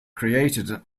created